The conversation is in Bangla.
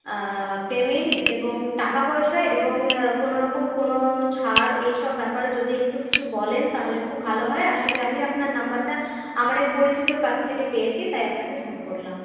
পেমেন্ট এবং টাকা পয়সা এবং কোনোরকম কোনো ছাড় এইসব ব্যাপারে যদি একটু কিছু বলেন তাহলে খুব ভালো হয় আসলে আমি আপনার নাম্বারটা আমার এক পরিচিতর কাছ থেকে পেয়েছি তাই আপনাকে ফোন করলাম